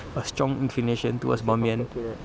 a strong inclination towards ban mian